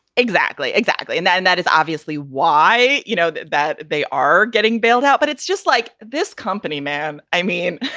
exactly. exactly. and that and that is obviously why, you know, that that they are getting bailed out. but it's just like this company, man. i mean.